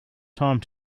time